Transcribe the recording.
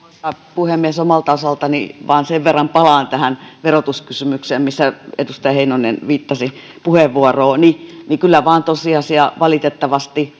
puhemies omalta osaltani vain sen verran palaan tähän verotuskysymykseen kun edustaja heinonen viittasi puheenvuorooni kyllä vain tosiasia valitettavasti